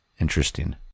Interesting